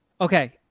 Okay